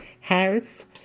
Harris